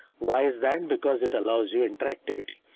why is that? and because it allows you interactivity.